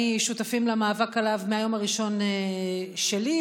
שותפים למאבק עליו מהיום הראשון שלי,